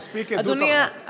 מספיק עדות אחת.